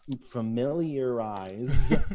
familiarize